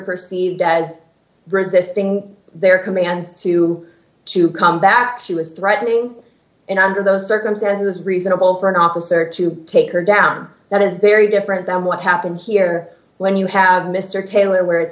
perceived as resisting their commands to to come back she was threatening and under those circumstances reasonable for an officer to take her down that is very different and what happened here when you have mr taylor where